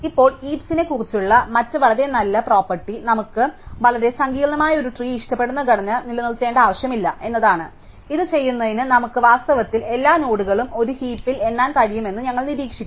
ഇപ്പോൾ ഹീപ്സിനെ കുറിച്ചുള്ള മറ്റ് വളരെ നല്ല പ്രോപ്പർട്ടി നമുക്ക് വളരെ സങ്കീർണ്ണമായ ഒരു ട്രീ ഇഷ്ടപ്പെടുന്ന ഘടന നിലനിർത്തേണ്ട ആവശ്യമില്ല എന്നതാണ് ഇത് ചെയ്യുന്നതിന് നമുക്ക് വാസ്തവത്തിൽ എല്ലാ നോഡുകളും ഒരു ഹീപിൽ എണ്ണാൻ കഴിയുമെന്ന് ഞങ്ങൾ നിരീക്ഷിക്കുന്നു